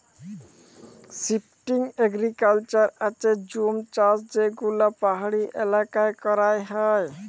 shifting agriculture হচ্যে জুম চাষযেগুলা পাহাড়ি এলাকায় করাক হয়